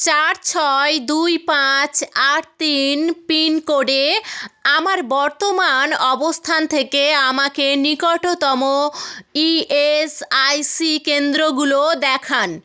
চার ছয় দুই পাঁচ আট তিন পিন কোডে আমার বর্তমান অবস্থান থেকে আমাকে নিকটতম ইএসআইসি কেন্দ্রগুলো দেখান